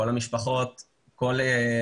כל המשפחות מגיעות,